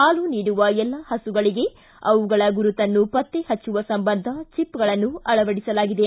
ಹಾಲು ನೀಡುವ ಎಲ್ಲಾ ಹಸುಗಳಿಗೆ ಅವುಗಳ ಗುರುತನ್ನು ಪತ್ತೆ ಹಚ್ಚುವ ಸಂಬಂಧ ಚಿಪ್ಗಳನ್ನು ಅಳವಡಿಸಲಾಗಿದೆ